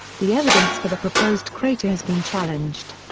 the evidence for the proposed crater has been challenged.